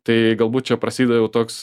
tai galbūt čia prasideda jau toks